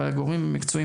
אבל הגורמים המקצועיים,